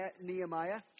Nehemiah